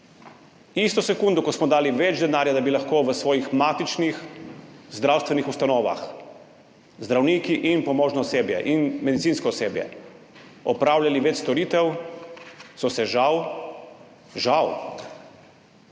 Isto sekundo, ko smo dali več denarja, da bi lahko v svojih matičnih zdravstvenih ustanovah zdravniki, pomožno osebje in medicinsko osebje opravljali več storitev, so se žal